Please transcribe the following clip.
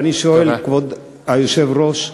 ואני שואל, כבוד היושב-ראש,